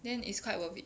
then is quite worth it